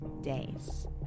days